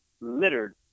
littered